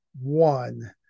one